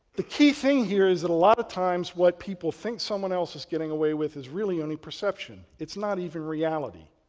the key thing here is that a lot of times what people think someone else is getting away with, is really only perception, it's not even reality.